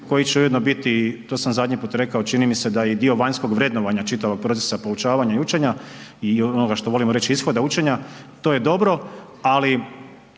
koji će ujedno biti, to sam zadnji put rekao, čini mi se da i dio vanjskog vrednovanja čitavog procesa poučavanja i učenja i onoga što volimo reći, ishoda učenja, to je dobro, ali